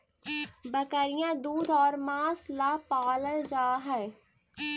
बकरियाँ दूध और माँस ला पलाल जा हई